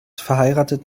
verheiratet